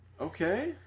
Okay